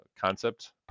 concept